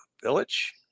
village